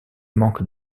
manque